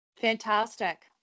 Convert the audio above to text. Fantastic